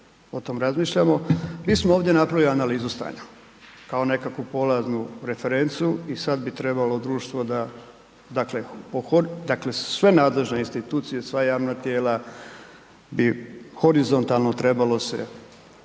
o tom razmišljamo, mi smo ovdje napravili analizu stanja kao nekakvu polaznu referencu i sad bi trebalo društvo da, dakle sve nadležne institucije, sva javna tijela, bi horizontalno trebalo se osloniti